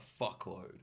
fuckload